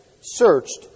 searched